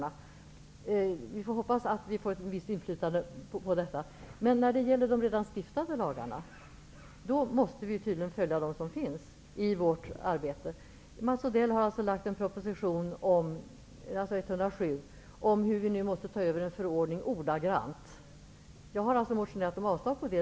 Vi skall emellertid hoppas att vi här får ett tillfredsställande inflytande. Men när det gäller de redan stiftade lagarna måste vi tydligen följa de som finns. Mats Odell har lagt fram en proposition, nr 107, om hur vi nu måste ta över en förordning ordagrant. Jag har motionerat om avslag på propositionen.